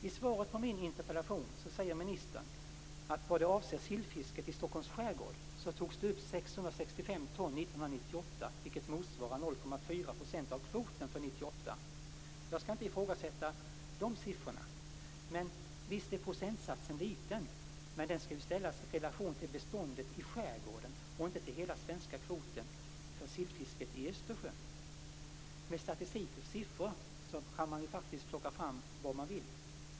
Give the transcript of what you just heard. I svaret på min interpellation säger ministern vad avser sillfisket i Stockholms skärgård att det togs upp 1998. Jag skall inte ifrågasätta dessa siffror. Men visst är procentsatsen liten? Men den skall ju ställas i relation till beståndet i skärgården och inte till hela den svenska kvoten för sillfisket i Östersjön. Med statistik och siffror kan man ju faktiskt plocka fram vad man vill.